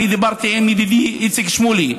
ודיברתי עם ידידי איציק שמולי,